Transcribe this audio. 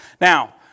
Now